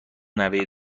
نوه